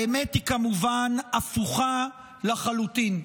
האמת היא כמובן הפוכה לחלוטין.